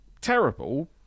terrible